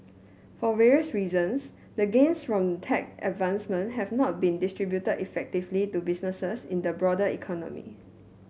for various reasons the gains from tech advancement have not been distributed effectively to businesses in the broader economy